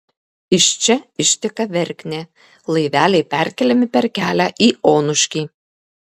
iš čia išteka verknė laiveliai perkeliami per kelią į onuškį